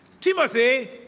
Timothy